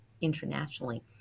internationally